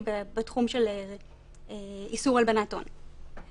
בתחום איסור הלבנת הון.